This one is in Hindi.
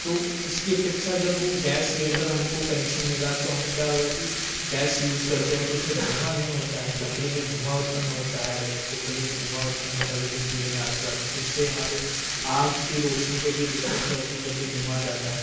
तो उसकी अपेक्षा जब वह गैस सिलिन्डर हमको कनेक्शन मिला तो हम क्या हुआ कि गैस यूज करते हैं तो उसमें धुँआ नहीं होता है लकड़ी में धुआँ उत्पन्न होता है उपली में धुआँ उत्पन्न होता है जब भी चूल्हे में आग जलाते हैं तो उससे हमारे आँख की रोशनी पर भी दिक्कत पड़ती है जब भी धुआँ जाता है